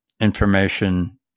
information